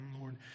Lord